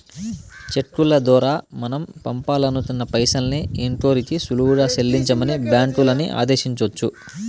చెక్కుల దోరా మనం పంపాలనుకున్న పైసల్ని ఇంకోరికి సులువుగా సెల్లించమని బ్యాంకులని ఆదేశించొచ్చు